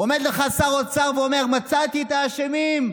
עומד לך שר האוצר ואומר: מצאתי את האשמים,